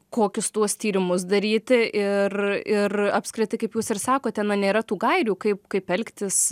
kokius tuos tyrimus daryti ir ir apskritai kaip jūs ir sakote na nėra tų gairių kaip kaip elgtis